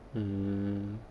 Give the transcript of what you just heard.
mm